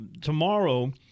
Tomorrow